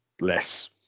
less